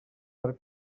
per